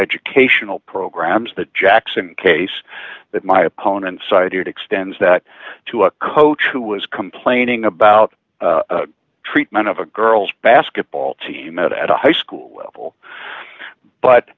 educational programs the jackson case that my opponent cited extends that to a coach who was complaining about the treatment of a girls basketball team out at a high school level but